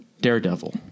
Daredevil